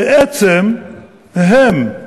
בעצם הם,